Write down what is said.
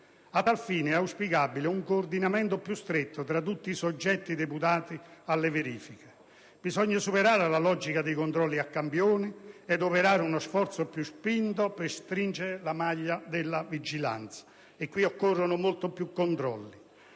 A tal fine è auspicabile un coordinamento più stretto tra tutti i soggetti deputati alle verifiche: bisogna superare la logica dei controlli a campione ed operare uno sforzo più spinto per stringere la maglia della vigilanza. Quindi, occorrono molti più controlli.